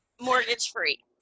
mortgage-free